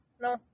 No